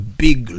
big